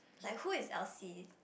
like who is Elsie